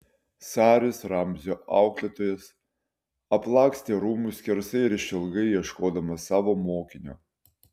saris ramzio auklėtojas aplakstė rūmus skersai ir išilgai ieškodamas savo mokinio